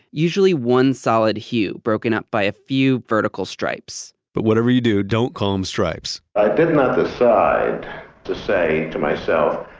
usually one solid hue broken up by a few vertical stripes but whatever you do, don't call them stripes i did not decide to say to myself,